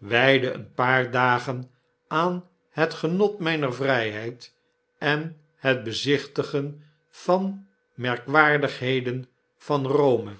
wydde een paar dagen aan het genot myner vryheid enhetbezichtigenvan de merkwaardigheden van r o m e